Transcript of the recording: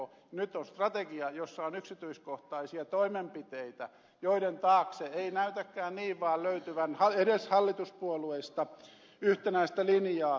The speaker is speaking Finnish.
nyt on strategia jossa on yksityiskohtaisia toimenpiteitä joiden taakse ei näytäkään niin vaan löytyvän edes hallituspuolueista yhtenäistä linjaa